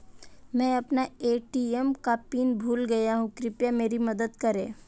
मैं अपना ए.टी.एम का पिन भूल गया हूं, कृपया मेरी मदद करें